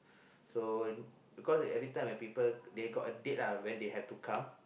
so cause every time when people they got a date lah when they have to come